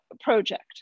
project